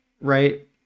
right